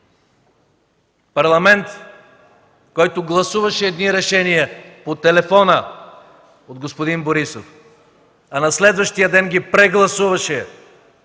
Парламент, който гласуваше едни решения по телефона от господин Борисов, а на следващия ден ги прегласуваше,